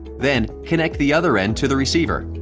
then connect the other end to the receiver.